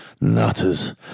nutters